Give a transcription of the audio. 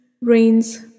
rains